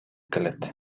келет